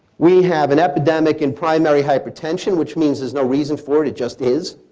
we have an epidemic in primary hypertension, which means there's no reason for it, it just is.